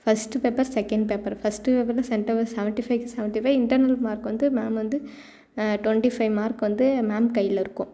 first paper second paper first பேப்பரில் centum seventy ஃபைவ்வுக்கு seventy five internal mark வந்து ma'am வந்து டுவென்ட்டி ஃபைவ் மார்க் வந்து மேம் கையில் இருக்கும்